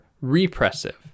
repressive